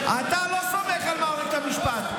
אתה לא סומך על מערכת המשפט,